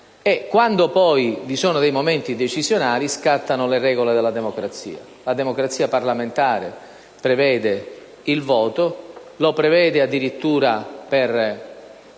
quando poi vi sono dei momenti decisionali, scattano le regole della democrazia. La democrazia parlamentare prevede il voto. Lo prevede addirittura per